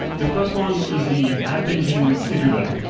the first one is the app engine scheduler.